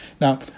Now